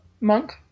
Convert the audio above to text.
monk